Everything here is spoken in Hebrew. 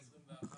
ב-2021.